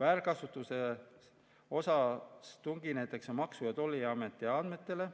Väärkasutuse osas tuginetakse Maksu- ja Tolliameti andmetele